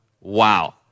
wow